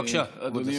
בבקשה, כבוד השר.